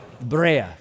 Brea